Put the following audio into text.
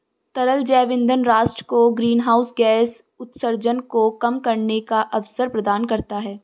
तरल जैव ईंधन राष्ट्र को ग्रीनहाउस गैस उत्सर्जन को कम करने का अवसर प्रदान करता है